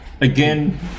Again